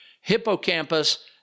hippocampus